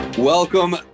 welcome